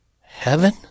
heaven